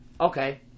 Okay